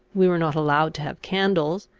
were not allowed to have candles,